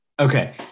Okay